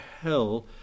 hell